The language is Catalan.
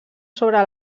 sobre